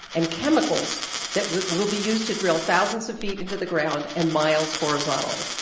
and chemicals that will will be used to drill thousands of feet into the ground and miles horizontally.